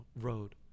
road